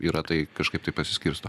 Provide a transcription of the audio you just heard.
yra tai kažkaip tai pasiskirsto